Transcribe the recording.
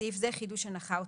(בסעיף הזה - חידוש הנחה אוטומטי).